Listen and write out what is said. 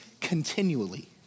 continually